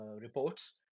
reports